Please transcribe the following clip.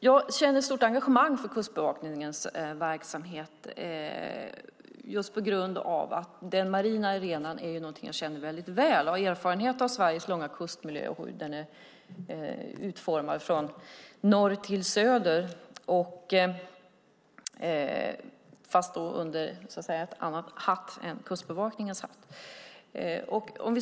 Jag känner ett stort engagemang för Kustbevakningens verksamhet just på grund av att den marina arenan är någonting jag känner väldigt väl. Jag har erfarenhet av Sveriges långa kustmiljö och hur den är utformad från norr till söder, fast under en annan hatt än Kustbevakningens.